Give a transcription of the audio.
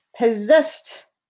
possessed